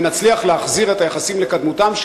ונצליח להחזיר לקדמותם את היחסים,